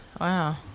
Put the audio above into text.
Wow